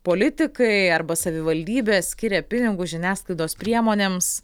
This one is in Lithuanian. politikai arba savivaldybė skiria pinigus žiniasklaidos priemonėms